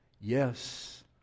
Yes